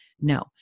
no